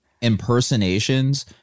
impersonations